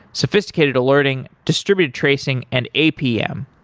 sophisticated learning distributed tracing and apm.